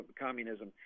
communism